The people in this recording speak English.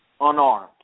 unarmed